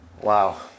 Wow